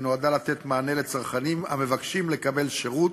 היא נועדה לתת מענה לצרכנים המבקשים לקבל שירות